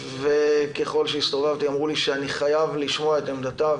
וככל שהסתובבתי אמרו לי שאני חייב לשמוע את עמדתה.